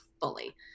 fully